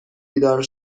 بیدار